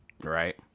Right